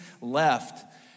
left